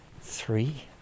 three